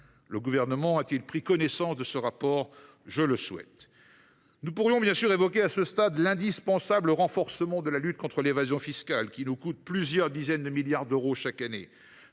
Le Gouvernement a t il pris connaissance de ce rapport ? Je le souhaite… Nous pourrions bien sûr évoquer à ce stade l’indispensable renforcement de la lutte contre l’évasion fiscale, qui nous coûte plusieurs dizaines de milliards chaque année.